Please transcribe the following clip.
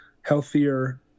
healthier